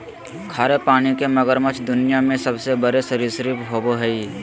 खारे पानी के मगरमच्छ दुनिया में सबसे बड़े सरीसृप होबो हइ